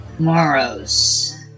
Moros